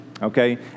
Okay